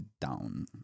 down